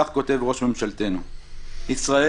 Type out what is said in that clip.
כך כותב ראש ממשלתנו: "ישראל,